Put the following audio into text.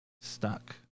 stuck